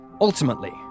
ultimately